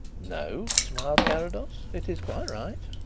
no, smiled carrados. it's quite right.